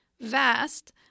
vast